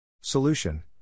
Solution